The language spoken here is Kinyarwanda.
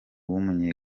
w’umunya